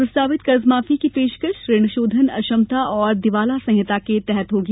प्रस्तावित कर्जमाफी की पेशकश ऋणशोधन अक्षमता एवं दिवाला संहिता के तहत होगी